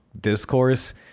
discourse